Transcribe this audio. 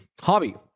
hobby